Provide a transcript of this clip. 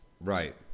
Right